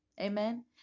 Amen